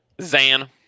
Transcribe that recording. Zan